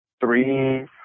three